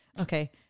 Okay